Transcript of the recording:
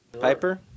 piper